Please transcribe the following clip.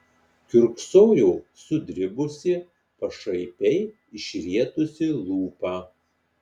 kiurksojo sudribusi pašaipiai išrietusi lūpą